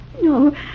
No